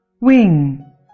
Wing